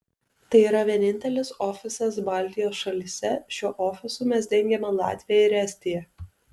tai yra vienintelis ofisas baltijos šalyse šiuo ofisu mes dengiame latviją ir estiją